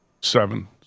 seven